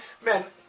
man